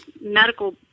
medical